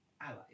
allies